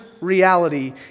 reality